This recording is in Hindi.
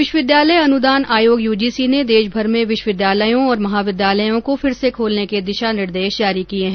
विश्वविद्यालय अनुदान आयोग यूजीसी ने देशभर में विश्वविद्यालयों और महाविद्यालयों को फिर से खोलने के लिए दिशा निर्देश जारी किये हैं